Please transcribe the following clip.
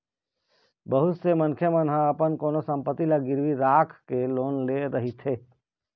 बहुत से मनखे ह अपन कोनो संपत्ति ल गिरवी राखके लोन ले रहिथे